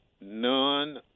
none